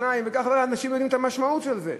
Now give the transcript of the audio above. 2,